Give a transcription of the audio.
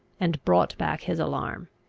and brought back his alarm.